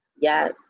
yes